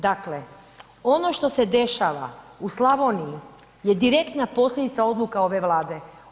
Dakle, ono što se dešava u Slavoniji je direktna posljedica odluka ove Vlade.